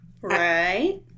Right